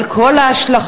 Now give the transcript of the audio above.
על כל ההשלכות,